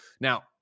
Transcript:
now